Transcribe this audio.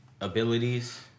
abilities